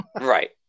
Right